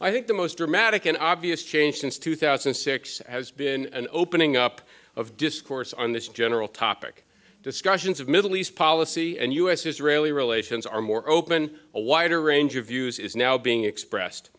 i think the most dramatic an obvious change since two thousand and six as been an opening up of discourse on this general topic discussions of middle east policy and u s israeli relations are more open a wider range of views is now being expressed